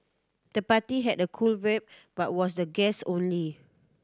the party had a cool vibe but was the guests only